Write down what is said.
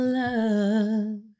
love